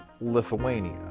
lithuania